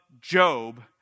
Job